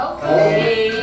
Okay